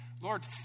Lord